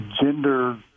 gender